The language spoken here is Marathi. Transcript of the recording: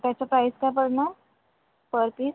त्याचं प्राइस काय पडणार पर पीस